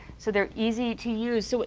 so they're easy to use. so